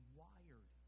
wired